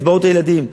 קצבאות הילדים,